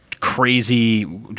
Crazy